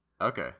Okay